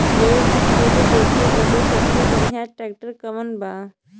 लेव के खेत जोते बदे सबसे बढ़ियां ट्रैक्टर कवन बा?